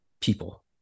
people